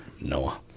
noah